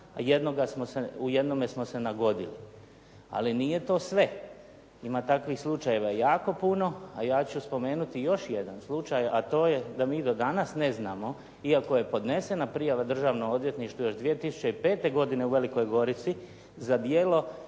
a u jednome smo se nagodili. Ali nije to sve. Ima takvih slučajeva jako puno. A ja ću spomenuti još jedan slučaj a to je da mi do danas ne znamo iako je podnesena prijava državnom odvjetništvu još 2005. godine u Velikoj Gorici za djelo